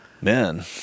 Man